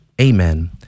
Amen